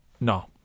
No